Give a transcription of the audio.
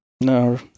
No